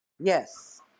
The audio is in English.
yes